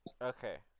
Okay